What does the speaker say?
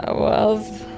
ah was